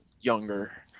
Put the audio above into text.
younger